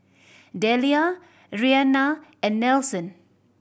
Delia Reanna and Nelson